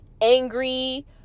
angry